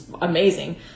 amazing